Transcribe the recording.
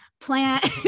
plant